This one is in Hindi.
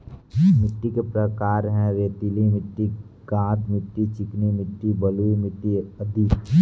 मिट्टी के प्रकार हैं, रेतीली मिट्टी, गाद मिट्टी, चिकनी मिट्टी, बलुई मिट्टी अदि